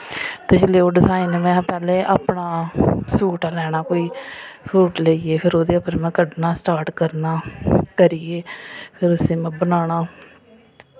ते जेल्लै ओह् डिजाइन में पैह्ले अपना सूट लैना कोई सूट लेइयै फिर में ओह्दे पर कड्डना स्टार्ट करना करियै फिर उस्सी में बनाना